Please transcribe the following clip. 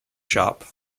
shop